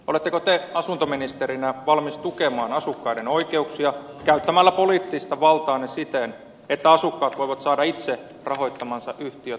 oletteko te asuntoministerinä valmis tukemaan asukkaiden oikeuksia käyttämällä poliittista valtaanne siten että asukkaat voivat saada itse rahoittamansa yhtiöt hallintaansa